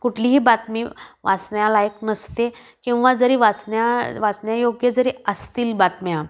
कुठलीही बातमी वाचण्यालायक नसते किंवा जरी वाचण्या वाचण्या योग्य जरी असतील बातम्या